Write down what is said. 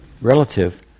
relative